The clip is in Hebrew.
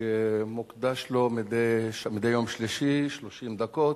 שמוקדשות לו מדי יום שלישי 30 דקות.